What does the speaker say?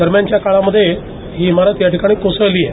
दरम्यानच्या काळामध्ये ही इमारत याठिकाणी कोसळली आहे